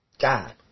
God